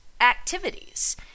activities